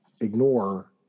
ignore